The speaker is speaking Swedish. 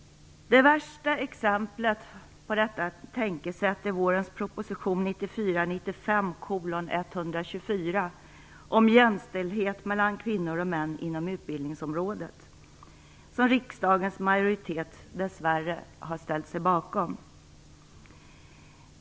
Det värsta exemplet på detta tänkesätt är vårens proposition 1994/95:124 om jämställdhet mellan kvinnor och män inom utbildningsområdet, som riksdagens majoritet dess värre har ställt sig bakom.